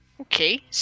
okay